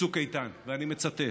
בצוק איתן, ואני מצטט: